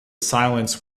silence